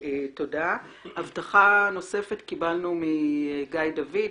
הבטחה נוספת קיבלנו מגיא דוד,